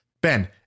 Ben